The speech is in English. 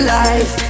life